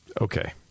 Okay